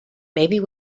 maybe